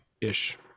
ish